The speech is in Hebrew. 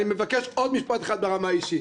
אני מבקש עוד משפט אחד ברמה האישית: